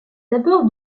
abords